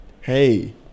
hey